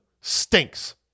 stinks